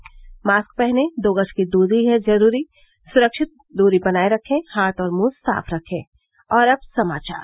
mask पहनें दो गज दूरी है जरूरी सुरक्षित दूरी बनाये रखें हाथ और मुंह साफ रखे और अब समाचार